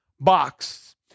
box